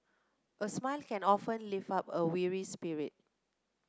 a smile can often lift up a weary spirit